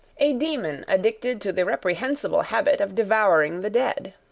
a demon addicted to the reprehensible habit of devouring the dead.